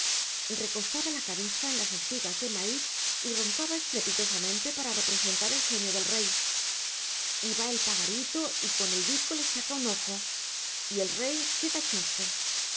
recostaba la cabeza en las espigas de maíz y roncaba estrepitosamente para representar el sueño del rey y va el pagarito y con el bico le saca un ojo y el rey queda chosco